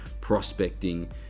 prospecting